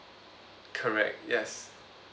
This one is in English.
correct yes